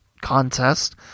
contest